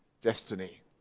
destiny